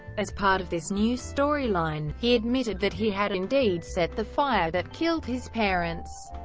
as part of this new storyline, he admitted that he had indeed set the fire that killed his parents,